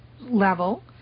level